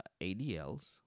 ADLs